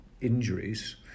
injuries